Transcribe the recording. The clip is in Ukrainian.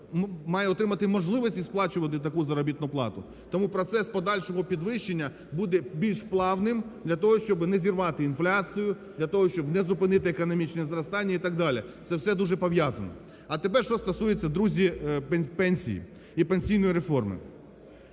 має отримати можливості сплачувати таку заробітну плату. Тому процес подальшого підвищення буде більш плавним для того, щоб не зірвати інфляцію, для того, щоб не зупинити економічне зростання і так далі, це все дуже пов'язано. А тепер, що стосується, друзі, пенсій і пенсійної реформи.